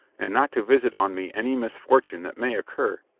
and not to visit on me any misfortune that may occur.